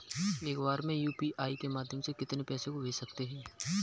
एक बार में यू.पी.आई के माध्यम से कितने पैसे को भेज सकते हैं?